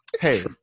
hey